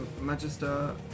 Magister